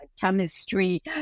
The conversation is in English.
chemistry